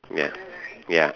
ya ya